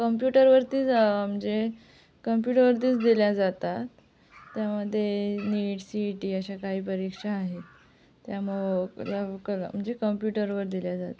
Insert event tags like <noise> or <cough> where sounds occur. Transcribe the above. computer वरतीच म्हणजे कम्प्युटरवरतीच दिल्या जातात त्यामध्ये नीट सी ई टी अशा काही परीक्षा आहेत त्या मग <unintelligible> म्हणजे कम्प्युटरवर दिल्या जातात